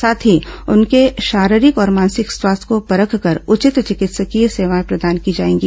साथ ही उनके शारीरिक और मानसिक स्वास्थ्य को परखकर उचित चिकित्सकीय सेवाएं प्रदान की जाएंगी